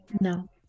No